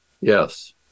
Yes